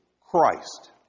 Christ